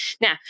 now